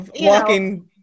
walking